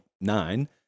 nine